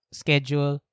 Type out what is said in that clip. schedule